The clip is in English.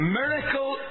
miracle